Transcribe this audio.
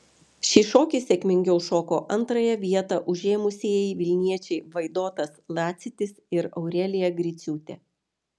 šį šokį sėkmingiau šoko antrąją vietą užėmusieji vilniečiai vaidotas lacitis ir aurelija griciūtė